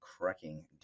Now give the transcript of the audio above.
cracking